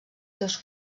seus